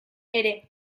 ere